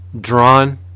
drawn